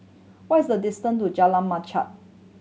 what is the distance to Jalan Machang